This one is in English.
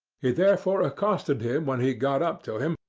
he therefore accosted him when he got up to him,